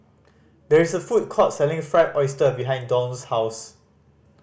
there is a food court selling Fried Oyster behind Dawne's house